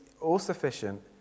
all-sufficient